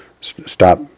Stop